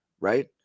Right